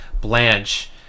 Blanche